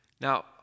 Now